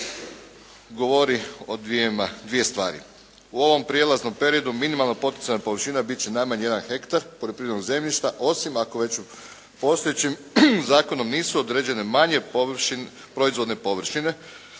govori o dvije stvari. U ovom prijelaznom periodu minimalna poticajna površina bit će najmanje 1 hektar poljoprivrednog zemljišta, osim ako već u postojećim zakonom nisu određene manje proizvodne površine,